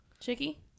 Chicky